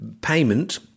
payment